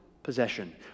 possession